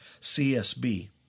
CSB